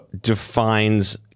defines